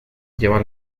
lleva